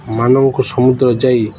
ମାନବକୁ ସମୁଦ୍ର ଯାଇ